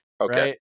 Okay